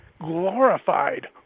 glorified